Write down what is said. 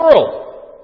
world